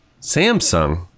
Samsung